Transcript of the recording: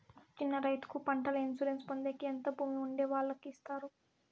చిన్న రైతుకు పంటల ఇన్సూరెన్సు పొందేకి ఎంత భూమి ఉండే వాళ్ళకి ఇస్తారు?